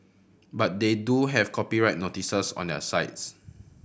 but they do have copyright notices on their sites